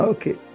Okay